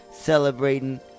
celebrating